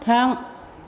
थां